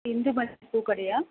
Indumathi பூக்கடையா